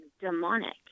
demonic